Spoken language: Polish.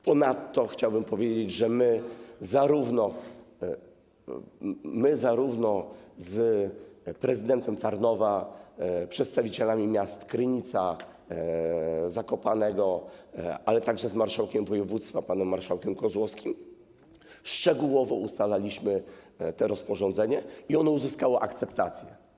Ponadto chciałbym powiedzieć, że my zarówno z prezydentem Tarnowa, jak i przedstawicielami miast Krynica i Zakopane, ale także z marszałkiem województwa panem marszałkiem Kozłowskim szczegółowo ustalaliśmy to rozporządzenie i ono uzyskało akceptację.